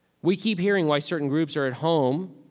we keep hearing why certain groups are at home